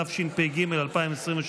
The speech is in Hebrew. התשפ"ג 2023,